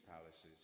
palaces